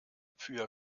für